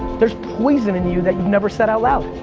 there's poison in you that you've never said out loud.